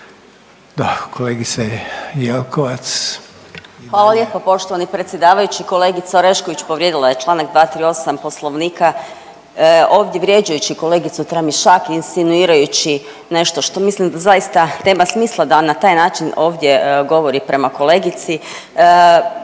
Marija (HDZ)** Hvala lijepo poštovani predsjedavajući. Kolegica Orešković povrijedila je čl. 238. poslovnika ovdje vrijeđajući kolegicu Tramišak i insinuirajući nešto što mislim da zaista nema smisla da na taj način ovdje govori prema kolegici.